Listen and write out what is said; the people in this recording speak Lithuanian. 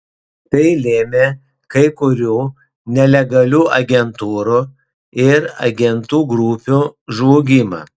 tai lėmė kai kurių nelegalių agentūrų ir agentų grupių žlugimą